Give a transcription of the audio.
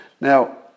Now